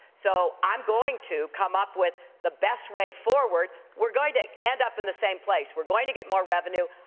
so i'm going to come up with the best way forward. we're going to end up in the same place. we're going to get more revenue.